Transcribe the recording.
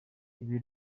ibi